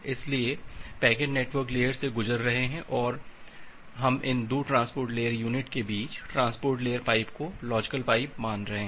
इसलिए packet network layer से गुजर रहे हैं लेकिन हम इन 2 ट्रांसपोर्ट लेयर यूनिट के बीच ट्रांसपोर्ट लेयर पाइप को लॉजिकल पाइप मान रहे हैं